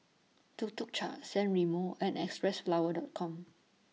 Tuk Tuk Cha San Remo and Xpressflower Dot Com